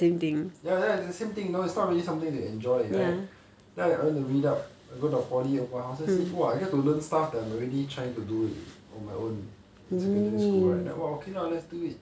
ya ya it's the same thing you know it's not really something you enjoy right then I I went to read up I go the poly~ open house then I see !wah! I get to learn stuff that I'm already trying to do it on my own in secondary school right then !wah! okay lah let's do it